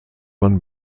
man